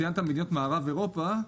ציינת מערב אירופה.